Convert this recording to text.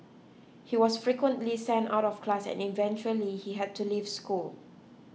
he was frequently sent out of class and eventually he had to leave school